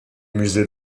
musées